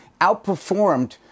outperformed